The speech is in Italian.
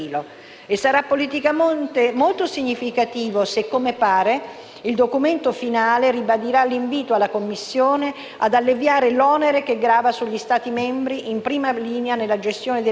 il documento finale ribadirà l'invito alla Commissione ad alleviare l'onere che grava sugli Stati membri in prima linea nella gestione dei rifugiati e sottolineerà che l'intera riforma del sistema europeo di asilo